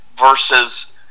versus